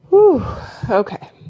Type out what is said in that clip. okay